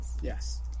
Yes